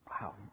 Wow